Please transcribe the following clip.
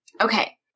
Okay